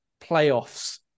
playoffs